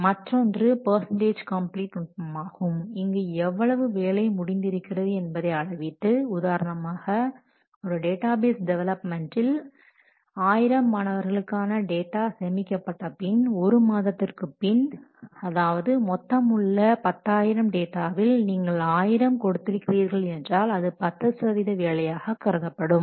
மற்றொன்று percentage complete நுட்பமாகும் இங்கு எவ்வளவு வேலை முடிந்து இருக்கிறது என்பதை அளவிட்டு உதாரணமாக ஒரு டேட்டாபேஸ் டெவலப்மென்டில் 1000 மாணவர்களுக்கான டேட்டா சேமிக்கப்பட்ட பின் ஒரு மாதத்திற்கு பின் அதாவது மொத்த உள்ள 10000 டேட்டாவில் நீங்கள்1000 கொடுத்திருக்கிறீர்கள் என்றால் அது 10 சதவீத வேலையாக கருதப்படும்